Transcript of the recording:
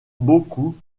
beaucoup